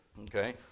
Okay